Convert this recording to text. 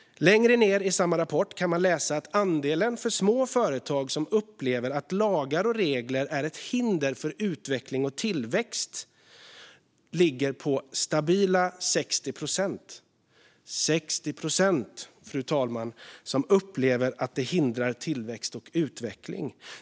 Längre ned i samma rapport kan man läsa att andelen små företag som upplever lagar och regler som ett hinder för utveckling och tillväxt ligger stabilt på 60 procent. 60 procent, fru talman, upplever att detta hindrar tillväxt och utveckling.